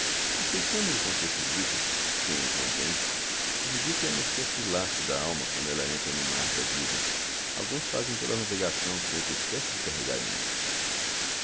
aceitemo lo com os seus ridículos quem os não tem o ridículo é uma espécie de lastro da alma quando ela entra no mar da vida algumas fazem toda a navegação sem outra espécie de carregamento